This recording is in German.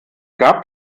gab